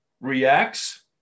reacts